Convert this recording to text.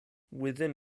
within